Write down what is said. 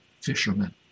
fishermen